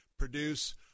produce